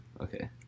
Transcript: Okay